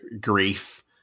grief